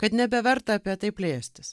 kad nebeverta apie tai plėstis